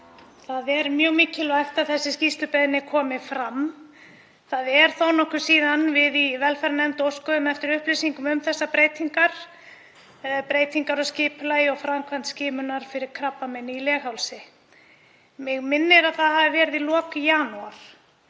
Það er mjög mikilvægt að þessi skýrslubeiðni komi fram. Það er þó nokkuð síðan við í velferðarnefnd óskuðum eftir upplýsingum um þessar breytingar á skipulagi og framkvæmd skimunar fyrir krabbameini í leghálsi, mig minnir að það hafi verið í lok janúar.